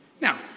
Now